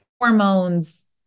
hormones